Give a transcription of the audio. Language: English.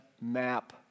map